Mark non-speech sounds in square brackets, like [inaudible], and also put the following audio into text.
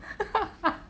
[laughs]